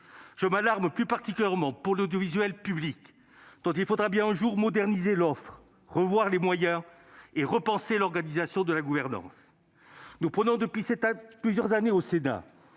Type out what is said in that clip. Je m'alarme plus particulièrement pour l'audiovisuel public, dont il faudra bien un jour moderniser l'offre, revoir les moyens et repenser l'organisation ainsi que la gouvernance. Nous prônons depuis plusieurs années, au Sénat,